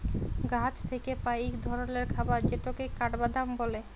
গাহাচ থ্যাইকে পাই ইক ধরলের খাবার যেটকে কাঠবাদাম ব্যলে